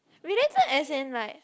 related as in like